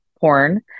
porn